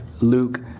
Luke